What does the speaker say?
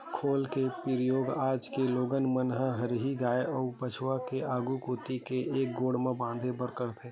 खोल के परियोग आज के लोगन मन ह हरही गाय अउ बछवा के आघू कोती के एक गोड़ म बांधे बर करथे